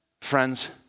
Friends